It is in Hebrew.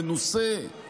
מנוסה,